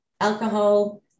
alcohol